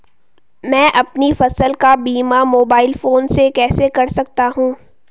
मैं अपनी फसल का बीमा मोबाइल फोन से कैसे कर सकता हूँ?